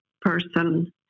person